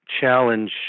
challenge